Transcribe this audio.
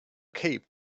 cape